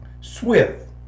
swift